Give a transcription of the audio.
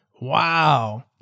Wow